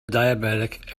diabetic